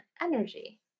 energy